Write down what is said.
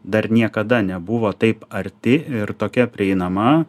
dar niekada nebuvo taip arti ir tokia prieinama